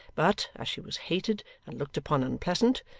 but, as she was hated and looked upon unpleasant,